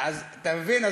אתה מבין?